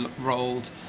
rolled